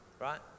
Right